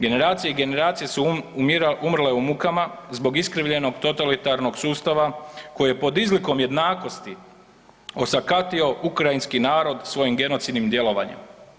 Generacije i generacije su umrle u mukama zbog iskrivljenog totalitarnog sustava koji pod izlikom jednakosti osakatio ukrajinski narod svojim genocidnim djelovanjem.